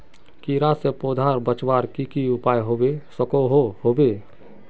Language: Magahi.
कीड़ा से पौधा बचवार की की उपाय होबे सकोहो होबे?